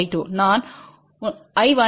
நான் I1என்றால்என்ன